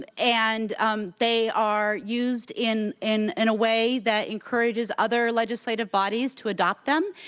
and and um they are used in in and a way that encourages other legislative bodies to adopt them.